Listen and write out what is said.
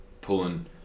pulling